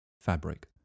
fabric